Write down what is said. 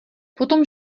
potom